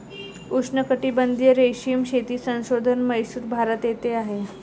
उष्णकटिबंधीय रेशीम शेती संशोधन म्हैसूर, भारत येथे आहे